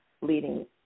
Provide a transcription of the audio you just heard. leading